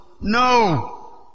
No